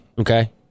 Okay